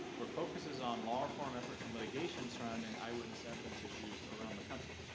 where focus is on law reform efforts and litigation surrounding eyewitness evidence issues around the country.